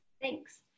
Thanks